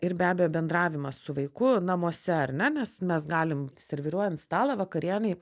ir be abejo bendravimas su vaiku namuose ar ne nes mes galim serviruojant stalą vakarienei